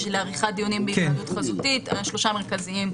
לעריכת דיונים בהיוועדות חזותית על שלושה מרכזיים,